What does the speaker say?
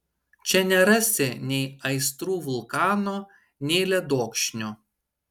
čia nerasi nei aistrų vulkano nei ledokšnio